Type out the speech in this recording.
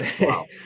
Wow